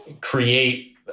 create